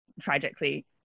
tragically